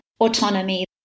autonomy